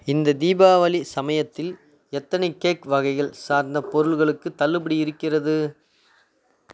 இந்த தீபாவளி சமயத்தில் எத்தனை கேக் வகைகள் சார்ந்த பொருட்களுக்கு தள்ளுபடி இருக்கிறது